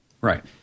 Right